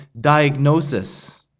diagnosis